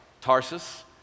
Tarsus